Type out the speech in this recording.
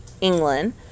England